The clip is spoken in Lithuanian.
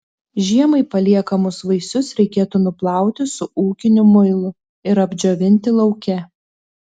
žiemai paliekamus vaisius reikėtų nuplauti su ūkiniu muilu ir apdžiovinti lauke